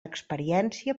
experiència